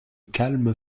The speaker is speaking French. calme